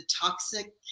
toxic